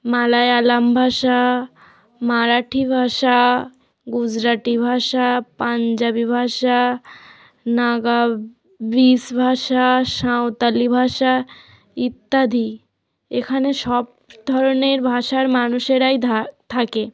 মালায়ালম ভাষা মারাঠি ভাষা গুজরাটি ভাষা পাঞ্জাবি ভাষা নাগা ব্রিজ ভাষা সাঁওতালি ভাষা ইত্যাদি এখানে সব ধরনের ভাষার মানুষেরাই থাকে